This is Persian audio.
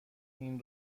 این